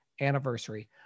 anniversary